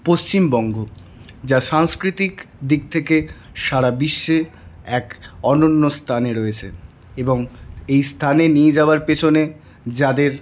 পশ্চিমবঙ্গ যা সাংস্কৃতিক দিক থেকে সারা বিশ্বের এক অনন্য স্থানে রয়েছে এবং এই স্থানে নিয়ে যাওয়ার পেছনে যাদের